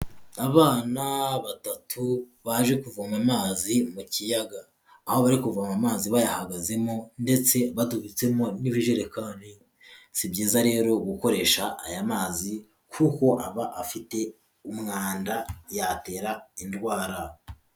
Abana batatu baje kuvoma amazi mu kiyaga. Aho bari kuvo amazi bayahagazemo ndetse badubitsemo n'ibijerekani, si byiza rero gukoresha aya mazi kuko aba afite umwanda, yatera indwara.